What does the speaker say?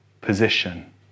position